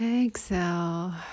exhale